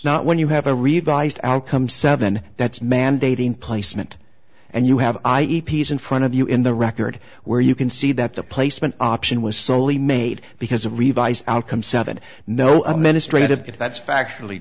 not when you have a revised outcome seven that's mandating placement and you have i e piece in front of you in the record where you can see that the placement option was solely made because of a revised outcome seven know a ministry if that's factually